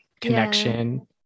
connection